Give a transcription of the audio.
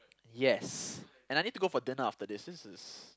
yes and I need to go for dinner after this this is